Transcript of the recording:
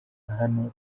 hano